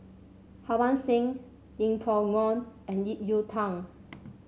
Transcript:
Harbans Singh Yeng Pway Ngon and Ip Yiu Tung